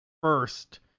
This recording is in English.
first